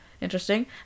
interesting